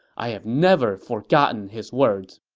i have never forgotten his words.